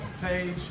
page